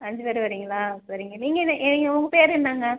அஞ்சு பேரு வரீங்களா சரிங்க நீங்கள் என்ன ஏ உங்கள் பெயரு என்னாங்க